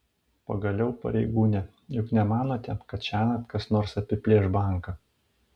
pagaliau pareigūne juk nemanote kad šiąnakt kas nors apiplėš banką